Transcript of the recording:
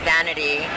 Vanity